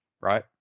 right